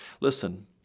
Listen